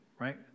right